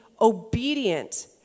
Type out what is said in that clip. obedient